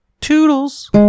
toodles